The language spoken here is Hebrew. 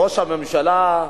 ראש הממשלה,